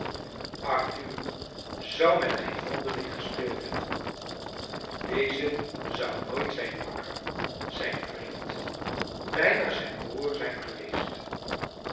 arthur zou met geen vondeling gespeeld hebben deze zou nooit zijn makker zijn vriend bijna zijn broer zijn geweest